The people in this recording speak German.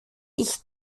ich